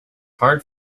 hard